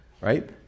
right